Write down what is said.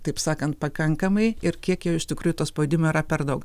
taip sakant pakankamai ir kiek iš tikrųjų to spaudimo yra per daug